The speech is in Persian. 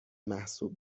محسوب